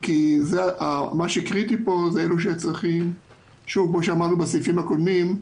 כי מה שקריטי פה, כפי שאמרנו גם בתקנות הקודמות,